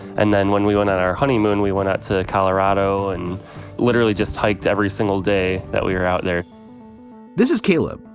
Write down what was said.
and then when we went on our honeymoon, we went out to colorado and literally just hiked every single day that we are out there this is caleb,